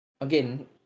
again